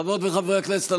חברות וחברי הכנסת,